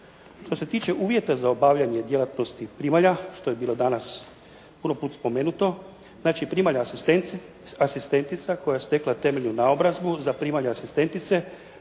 Što se tiče uvjeta za obavljanje djelatnosti primalja što je bilo danas puno puta spomenuto, znači primalja asistentica koja je stekla temeljnu naobrazbu za primalju asistentice